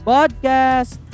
Podcast